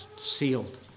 sealed